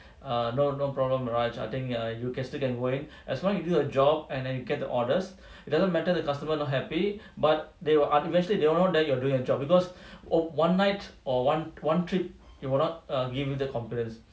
err no no problem err raj I think err you can still can go in as long you do your job and then you get the orders it doesn't matter the customer not happy but they will err eventually they will know that you're doing your job because one night or one one trip it will not err give you the confidence